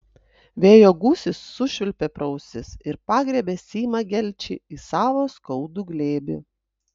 vėjo gūsis sušvilpė pro ausis ir pagriebė simą gelčį į savo skaudų glėbį